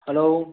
hello